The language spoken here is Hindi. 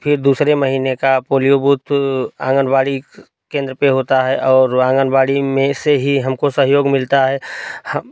फिर दूसरे महीने का पोलिओ बूथ आंगनबाड़ी केंद्र पे होता है और आंगनबाड़ी में से ही हमको सहयोग मिलता है हम